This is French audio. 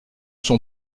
son